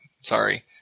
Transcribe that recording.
Sorry